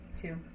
Two